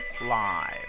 live